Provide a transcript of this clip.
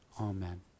Amen